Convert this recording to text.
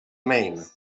main